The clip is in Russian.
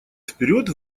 вперед